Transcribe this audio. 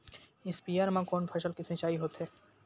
स्पीयर म कोन फसल के सिंचाई होथे?